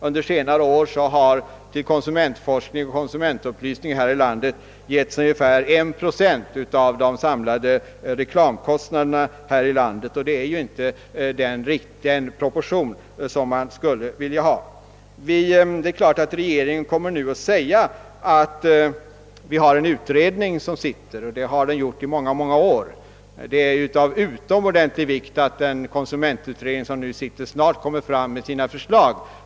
Under senare år har till konsumentforskning och konsumentupplysning lämnats ungefär 1 procent av de samlade reklamkostnaderna här i landet, vilket inte är den proportion man skulle vilja ha. Regeringen kommer givetvis att hänvisa till att en utredning behandlar denna fråga. Ja, det har konsumentutredningen gjort i många år, och det är ytterst viktigt att konsumentutredningen snart framlämnar ett förslag.